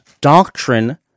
Doctrine